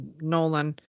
Nolan